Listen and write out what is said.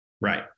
Right